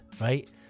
right